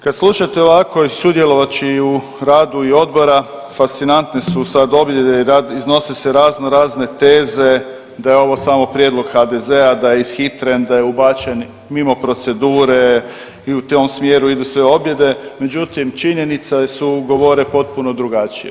Kad slušate ovako sudjelovaći u radu i odbora, fascinantne su sad ... iznose se raznorazne teze da je ovo samo prijedlog HDZ-a, da je ishitren, da je ubačen mimo procedure i u tom smjeru idu sve objede, međutim, činjenica je, su govore potpuno drugačije.